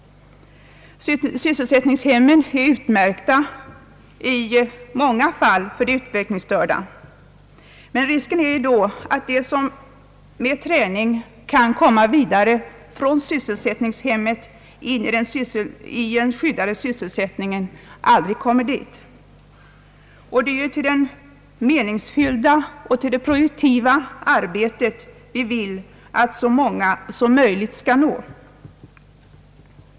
Sysselsättningshemmen är i många fall utmärkta för de utvecklingsstörda, men risken är då att de som med träning kan komma vidare från sysselsättningshemmet in i den skyddade sysselsättningen aldrig kommer dit, och det är ju till det meningsfyllda och produktiva arbetet vi vill att så många som möjligt skall nå.